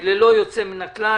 ללא יוצא מן הכלל,